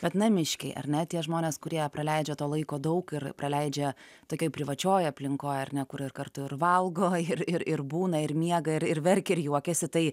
vat namiškiai ar ne tie žmonės kurie praleidžia to laiko daug ir praleidžia tokioj privačioj aplinkoj ar ne kur ir kartu ir valgo ir ir ir būna ir miega ir ir verkia ir juokiasi tai